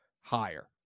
higher